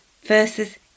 versus